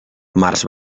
març